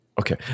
Okay